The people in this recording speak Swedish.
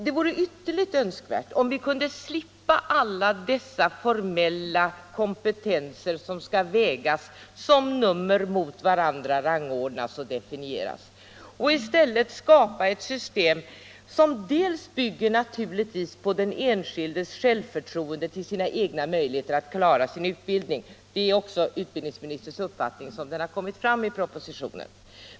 Det vore ytterligt önskvärt att vi kunde slippa alla dessa formella kompetenser, som skall vägas mot varandra, rangordnas och definieras, för att i stället skapa ett system som — naturligtvis — bygger på den enskildes förtroende till sina egna möjligheter att klara utbildningen. Detta är också utbildningsministerns uppfattning, sådan den har kommit fram i propositionen.